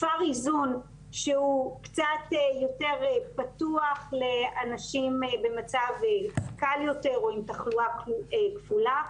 כפר איזון שהוא קצת יותר פתוח לאנשים במצב קל יותר או עם תחלואה כפולה.